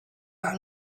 our